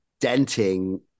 denting